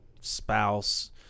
spouse